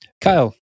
Kyle